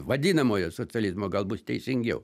vadinamojo socializmo gal bus teisingiau